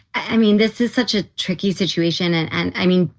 i mean, this is such a tricky situation. and and i mean,